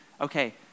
okay